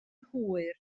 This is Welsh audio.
hwyr